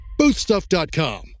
BoothStuff.com